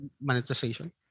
monetization